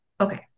Okay